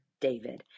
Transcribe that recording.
David